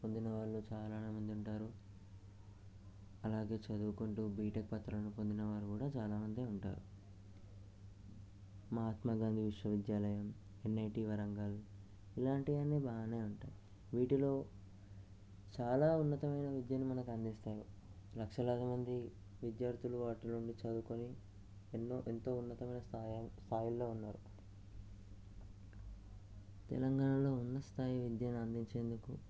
పొందిన వాళ్ళు చాలా మంది ఉంటారు అలాగే చదువుకుంటు బీటెక్ పత్రాలను పొందిన వారు కూడా చాలామంది ఉంటారు మహాత్మాగాంధీ విశ్వవిద్యాలయం ఎన్ఐటీ వరంగల్ ఇలాంటివన్నీ బాగా ఉంటాయి వీటిలో చాలా ఉన్నతమైన విద్యను మనకు అందిస్తాయి లక్షలాదిమంది విద్యార్థులు వాటి నుండి చదువుకొని ఎన్నో ఎంతో ఉన్నతమైన స్థాయి స్థాయిలో ఉన్నారు తెలంగాణలో ఉన్నత స్థాయి విద్యను అందించేందుకు